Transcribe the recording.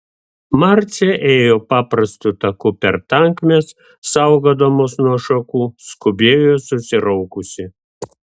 marcė ėjo paprastu taku per tankmes saugodamos nuo šakų skubėjo susiraukusi